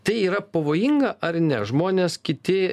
tai yra pavojinga ar ne žmonės kiti